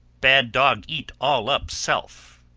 bad dog eat all up self.